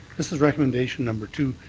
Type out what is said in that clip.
this is recommendation number two.